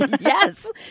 Yes